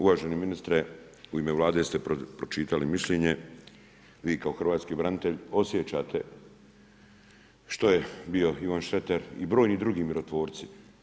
Uvaženi ministre, u ime Vlade ste pročitali mišljenje, vi kao hrvatski branitelje osjećate što je bio Ivan Šreter i brojni drugi mirotvorci.